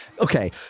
Okay